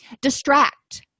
Distract